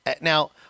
Now